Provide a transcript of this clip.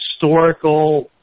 historical